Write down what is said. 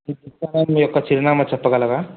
మీ యొక్క చిరునామా చెప్పగలరా